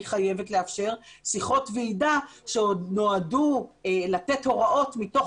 חייבת לאפשר שיחות ועידה שנועדו לתת הוראות מתוך